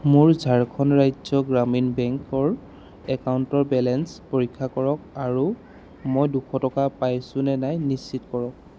মোৰ ঝাৰখণ্ড ৰাজ্যক গ্ৰামীণ বেংকৰ একাউণ্টৰ বেলেঞ্চ পৰীক্ষা কৰক আৰু মই দুশ টকা পাইছোঁ নে নাই নিচিত কৰক